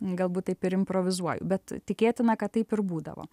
galbūt taip ir improvizuoju bet tikėtina kad taip ir būdavo